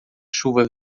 chuva